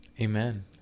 amen